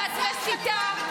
ואת מסיתה,